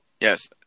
Yes